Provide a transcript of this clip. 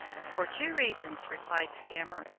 for two reasons, replied skimmer.